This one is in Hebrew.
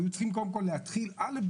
היו קודם כל צריכים להתחיל אל"ף,